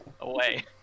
away